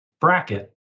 bracket